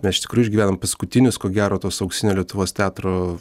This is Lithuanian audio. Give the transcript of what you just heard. mes iš tikrųjų išgyvenam paskutinius ko gero tuos auksinio lietuvos teatro